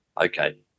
Okay